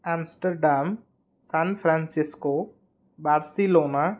Amsterdam San Francisco Barcelona